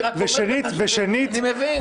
אני מבין.